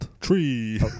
tree